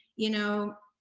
you know,